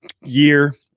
year